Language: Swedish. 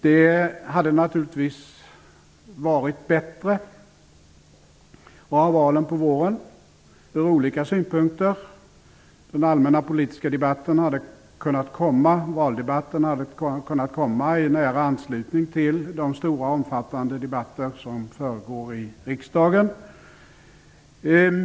Det hade naturligtvis varit bättre att ha valen på våren, från olika synpunkter. Den allmäna politiska valdebatten hade kunnat komma i nära anslutning till de stora och omfattande debatter som föregår i riksdagen.